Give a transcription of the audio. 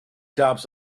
tops